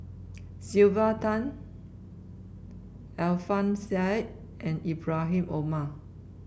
Sylvia Tan Alfian Sa'at and Ibrahim Omar